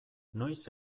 noiz